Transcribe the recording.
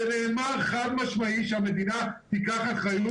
נאמר חד משמעית שהמדינה תיקח אחריות